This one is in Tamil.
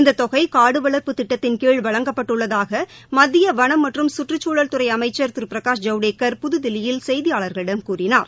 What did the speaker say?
இந்த தொகை காடு வளர்ப்பு திட்டத்தின் கீழ் வழங்கப்பட்டுள்ளதாக மத்திய வனம் மற்றும் சுற்றுச்சூழல் துறை அமைச்சர் திரு பிரகாஷ் ஜவடேகர் புதுதில்லியில் செய்தியாளர்களிடம் கூறினார்